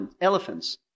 elephants